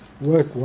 work